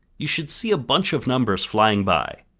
you should see a bunch of numbers flying by.